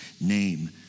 name